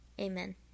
Amen